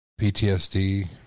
PTSD